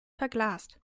verglast